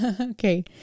Okay